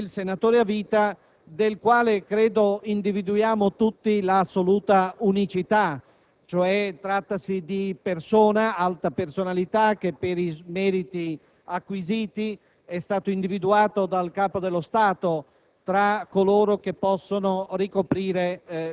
una ragione in più nel caso del senatore a vita, del quale individuiamo tutti l'assoluta unicità (trattasi di un'alta personalità che, per i meriti acquisiti, è individuato dal Capo dello Stato